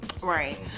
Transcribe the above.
Right